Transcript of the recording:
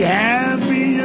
happy